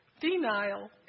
Denial